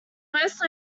most